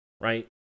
right